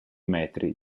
metri